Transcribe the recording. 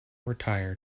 retire